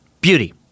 beauty